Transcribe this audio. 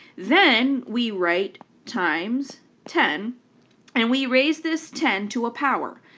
then we write times ten and we raise this ten to a power.